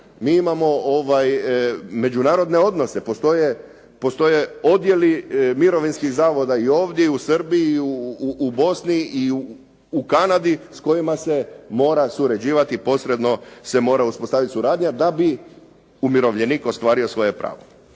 Mi imamo međunarodne odnose, postoje odjeli mirovinskih zavoda i ovdje i u Srbiji i u Bosni i u Kanadi, s kojima se mora surađivati, posredno se mora uspostaviti suradnja da bi umirovljenik ostvario svoje pravo.